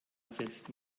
ersetzt